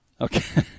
Okay